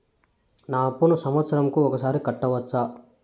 నా అప్పును సంవత్సరంకు ఒకసారి కట్టవచ్చా?